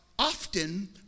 Often